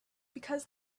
because